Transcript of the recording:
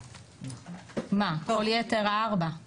כל יתר הארבעה